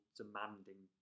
demanding